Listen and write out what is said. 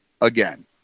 again